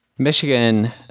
Michigan